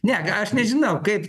ne aš nežinau kaip